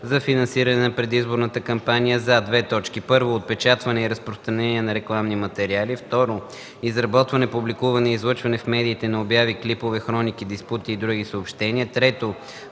за финансиране на предизборната кампания за: 1. отпечатване и разпространение на рекламни материали; 2. изработване, публикуване и излъчване в медиите на обяви, клипове, хроники, диспути и други съобщения; 3.